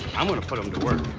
i'm gonna put them to work.